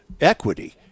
equity